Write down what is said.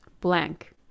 blank